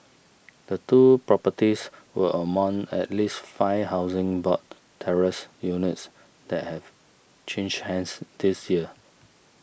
the two properties are among at least five Housing Board terraced units that have changed hands this year